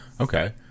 Okay